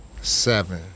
seven